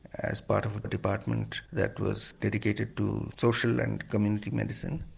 as part of the department that was dedicated to social and community medicine.